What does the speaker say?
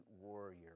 warrior